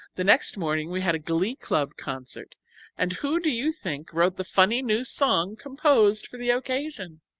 the next morning we had a glee club concert and who do you think wrote the funny new song composed for the occasion?